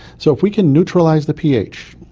so if we can neutralise the ph,